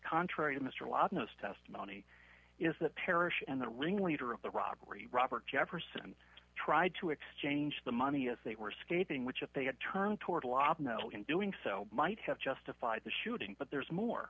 contrary to mr latinos testimony is that parrish and the ringleader of the robbery robert jefferson tried to exchange the money as they were escaping which if they had turned toward a latino in doing so might have justified the shooting but there's more